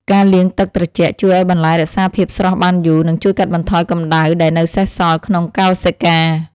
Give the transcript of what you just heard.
ការលាងទឹកត្រជាក់ជួយឱ្យបន្លែរក្សាភាពស្រស់បានយូរ និងជួយកាត់បន្ថយកម្ដៅដែលនៅសេសសល់ក្នុងកោសិកា។